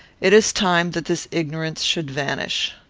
it is time that this ignorance should vanish.